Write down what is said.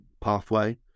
pathway